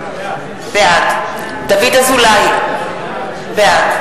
בעד דוד אזולאי, בעד